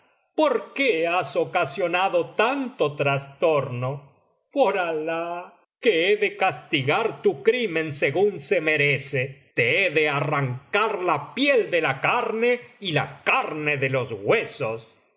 por qué has ocasionado tanto trastorno por alah que he de castigar tu crimen según se merece te he de arrancar la piel de la carne y la carne de los huesos